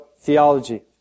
theology